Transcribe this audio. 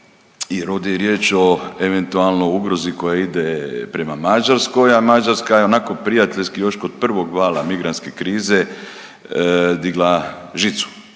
je riječ o eventualno ugrozi koja ide prema Mađarskoj, a Mađarska je onako prijateljski još kod prvog vala migrantske krize digla žicu